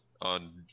on